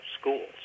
schools